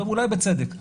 ואולי בצדק.